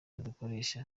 dukoresha